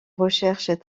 recherches